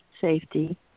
safety